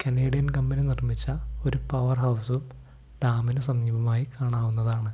Canadian company നിർമ്മിച്ച ഒരു power ഹൗസും ഡാമിനു സമീപമായി കാണാവുന്നതാണ്